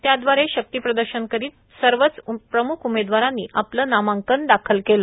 त्याद्वारे शक्तिप्रदर्शन करीत सर्वच प्रमुख उमेदवारांनी आपले नामांकन दाखल केले